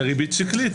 לריבית שקלית.